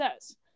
says